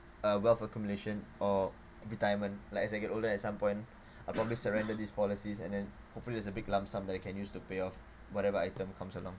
uh wealth accumulation or retirement like as I get older at some point I probably surrender these policies and then hopefully there's a big lump sum that I can use to pay off whatever item comes along